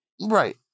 Right